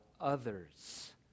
others